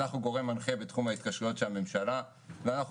גורם מנחה בתחום ההתקשרויות של הממשלה ואנחנו